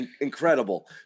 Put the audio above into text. Incredible